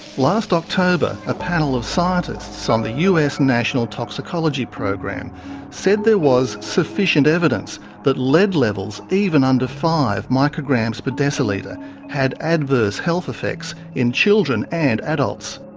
last october, a panel of scientists on the us national toxicology program said there was sufficient evidence that lead levels even under five micrograms per but decilitre had adverse health effects in children and adults.